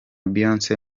beyonce